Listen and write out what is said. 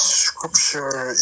scripture